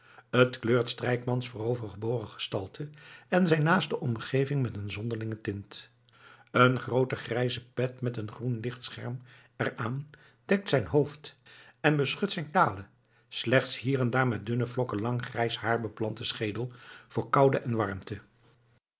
het kleurt strijkmans voorovergebogen gestalte en zijn naaste omgeving met een zonderlinge tint een groote grijze pet met een groen lichtscherm er aan dekt zijn hoofd en beschut zijn kalen slechts hier en daar met dunne vlokken lang grijs haar beplanten schedel voor koude en warmte